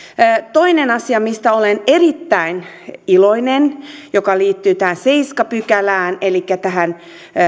toinen asia mistä olen erittäin iloinen joka liittyy tähän seitsemänteen pykälään elikkä tähän